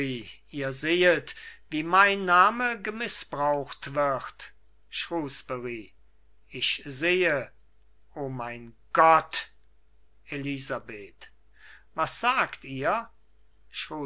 ihr sehet wie mein name gemißbraucht wird shrewsbury ich sehe o mein gott elisabeth was sagt ihr